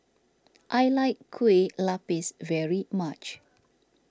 I like Kueh Lapis very much